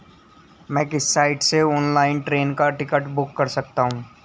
मैं किस साइट से ऑनलाइन ट्रेन का टिकट बुक कर सकता हूँ?